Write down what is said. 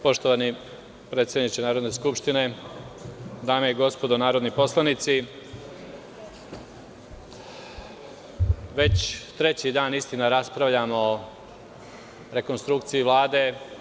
Poštovani predsedniče Narodne skupštine, dame i gospodo narodni poslanici, već treći dan, istina, raspravljamo o rekonstrukciji Vlade.